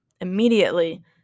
immediately